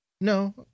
No